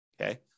Okay